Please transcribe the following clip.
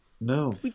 No